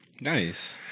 Nice